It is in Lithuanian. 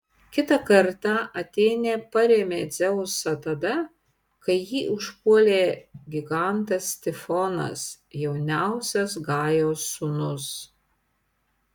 kitą kartą atėnė parėmė dzeusą tada kai jį užpuolė gigantas tifonas jauniausias gajos sūnus